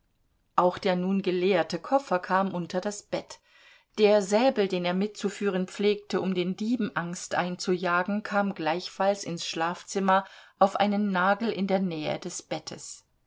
auch der nun geleerte koffer kam unter das bett der säbel den er mitzuführen pflegte um den dieben angst einzujagen kam gleichfalls ins schlafzimmer auf einen nagel in der nähe des bettes